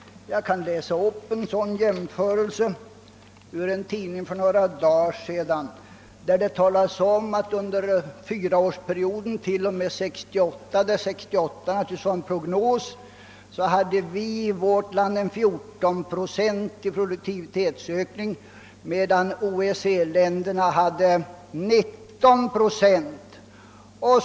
Jag kan återge en sådan jämförelse ur en tidning som utkom för några dagar sedan. Där fram håller man att vårt land under fyraårsperioden t.o.m. 1968 hade en 14 procentig produktivitetsökning, medan OECD-länderna hade en 19-procentig ökning.